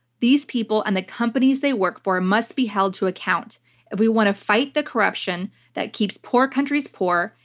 these people and the companies they work for must be held to account if we want to fight the corruption that keeps poor countries poor,